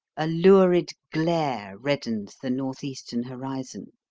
a lurid glare reddens the north-eastern horizon.